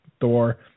Thor